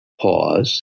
pause